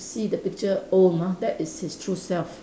see the picture old that is his true self